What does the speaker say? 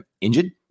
injured